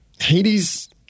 Hades